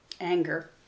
anger